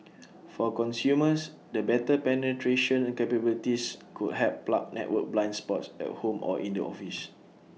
for consumers the better penetration capabilities could help plug network blind spots at home or in the office